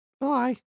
Bye